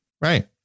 Right